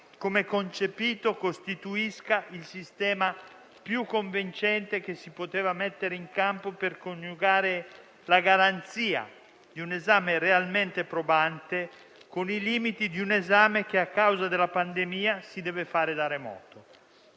come concepita, costituisca il sistema più convincente da mettere in campo per coniugare la garanzia di un esame realmente probante con i limiti di un esame che, a causa della pandemia, si deve fare da remoto.